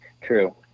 true